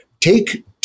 take